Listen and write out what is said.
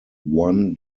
one